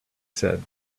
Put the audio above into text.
said